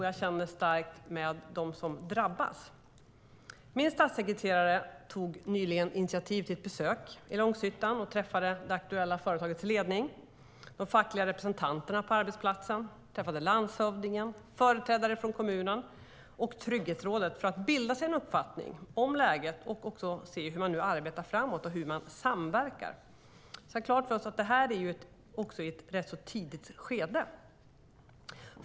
Jag känner starkt med dem som drabbas. Min statssekreterare tog nyligen initiativ till ett besök i Långshyttan och träffade det aktuella företagets ledning och de fackliga representanterna på arbetsplatsen. Hon träffade landshövdingen, företrädare för kommunen och Trygghetsrådet för att bilda sig en uppfattning om läget och också för att se hur man nu samverkar och arbetar framåt. Vi ska klart för oss att det här är i ett rätt så tidigt skede.